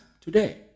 today